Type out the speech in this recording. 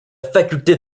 faculté